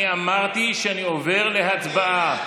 אני אמרתי שאני עובר להצבעה.